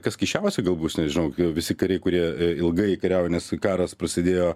kas keisčiausia gal bus nes žinok visi kariai kurie ilgai kariauja nes karas prasidėjo